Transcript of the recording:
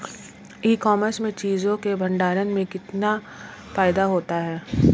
ई commerce में चीज़ों के भंडारण में कितना फायदा होता है?